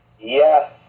Yes